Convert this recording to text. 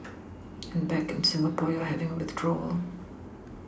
and back in Singapore you're having a withdrawal